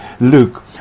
Luke